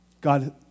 God